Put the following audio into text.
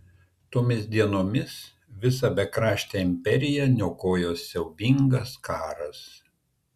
tomis dienomis visą bekraštę imperiją niokojo siaubingas karas